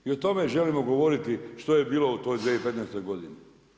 I o tome želimo govoriti što je bilo u 2015. godini.